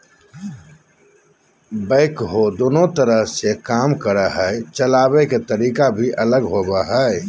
backhoe दोनों तरह से काम करो हइ, चलाबे के तरीका भी अलग होबो हइ